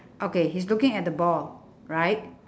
okay he's looking at the ball right